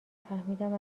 فهمیدم